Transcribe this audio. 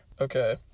Okay